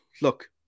look